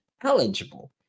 eligible